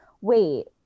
Wait